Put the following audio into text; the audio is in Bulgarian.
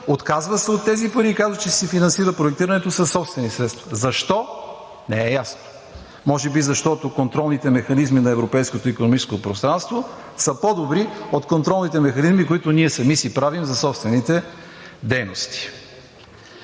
отказва се от тези пари и казва, че ще си финансира проектирането със собствени средства. Защо? Не е ясно! Може би, защото контролните механизми на Европейското икономическо пространство са по-добри от контролните механизми, които ние сами си правим за собствените дейности.